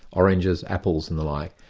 oranges, apples and the like,